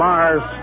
Mars